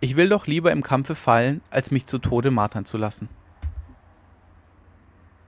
ich will doch lieber im kampfe fallen als mich zu tode martern lassen